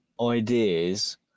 ideas